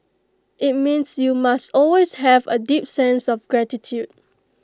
IT means you must always have A deep sense of gratitude